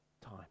time